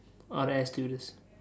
or air stewardess